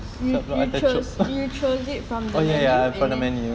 you you chose it from the menu and then